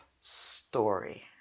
story